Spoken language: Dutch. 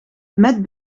met